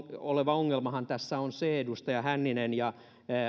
oleva ongelmahan tässä on se edustaja hänninen ja